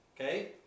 okay